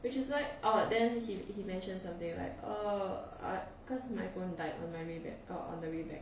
which is why orh then he he mentioned something like oh err cause my phone died on my way back oh on the way back